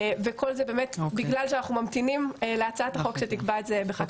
כל זה מכיוון שאנחנו ממתינים להצעת החוק שתקבע את זה בחקיקה.